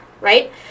right